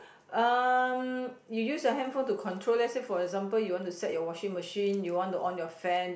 um you use you handphone to control let's say for example you want to set your washing machine you want to on your fan